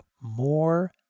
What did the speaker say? more